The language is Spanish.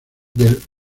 del